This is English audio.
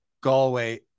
Galway